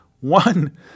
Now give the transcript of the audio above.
one